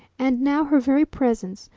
and now her very presence,